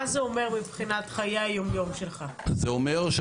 מה זה אומר מבחינת חיי היום-יום שלך?